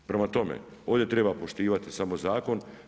Prema tome, ovdje triba poštivati samo zakon.